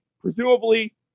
Presumably